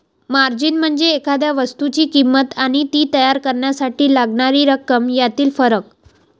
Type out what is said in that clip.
margin म्हणजे एखाद्या वस्तूची किंमत आणि ती तयार करण्यासाठी लागणारी रक्कम यातील फरक